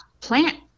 plant